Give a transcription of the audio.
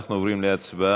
אנחנו עוברים להצבעה.